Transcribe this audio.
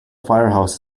firehouse